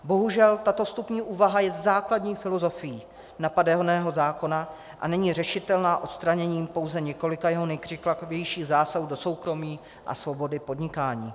Bohužel, tato vstupní úvaha je základní filozofií napadeného zákona a není řešitelná odstraněním pouze několika jeho nekřiklavějších zásahů do soukromí a svobody podnikání.